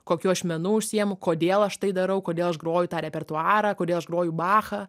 kokiu aš menu užsiemu kodėl aš tai darau kodėl aš groju tą repertuarą kodėl aš groju bachą